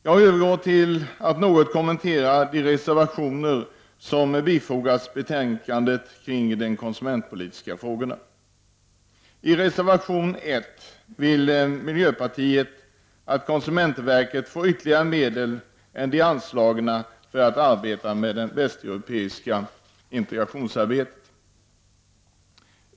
Jag övergår till att något kommentera de reservationer som fogats till betänkandet kring de konsumentpolitiska frågorna. I reservation 1 vill miljöpartiet att konsumentverket får ytterligare medel än de anslagna för att arbeta med det västeuropeiska integrationsarbetet.